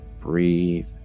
breathe